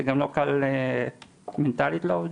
כי זה גם לא קל מנטלית לעובדים,